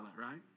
right